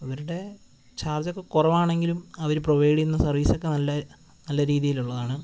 ഇവരുടെ ചാർജ് ഒക്കെ കുറവാണെങ്കിലും അവർ പ്രൊവൈഡ് ചെയ്യുന്ന സർവീസ് ഒക്കെ നല്ല രീതിയിലുള്ളതാണ്